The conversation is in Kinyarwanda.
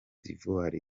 d’ivoire